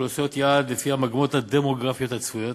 באוכלוסיות יעד לפי המגמות הדמוגרפיות הצפויות.